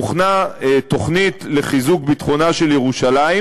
הוכנה תוכנית לחיזוק ביטחון ירושלים,